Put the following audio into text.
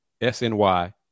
SNY